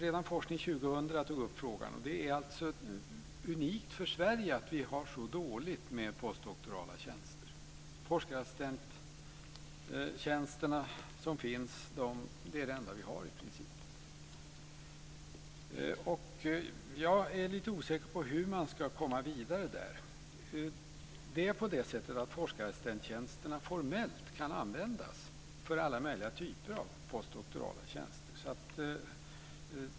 Redan Forskning 2000 tog upp frågan. Det är unikt för Sverige att vi har så dåligt med postdoktorala tjänster. De forskarassistenttjänster som finns är i princip det enda vi har. Jag är lite osäker på hur man ska komma vidare. Forskarassistenttjänsterna kan formellt användas för alla möjliga typer av postdoktorala tjänster.